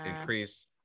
increase